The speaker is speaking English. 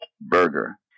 burger